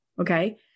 okay